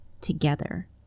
together